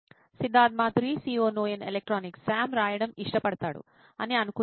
Siddharth Mathuri CEO నోయిన్ electronics సామ్ రాయడం ఇష్టపడతాడు అని అనుకుందాం